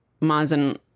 Mazen